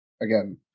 again